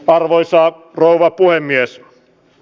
arvoisa rouva puhemies